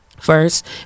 first